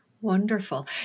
Wonderful